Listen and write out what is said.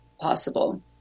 possible